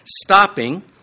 Stopping